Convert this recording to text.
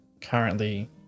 currently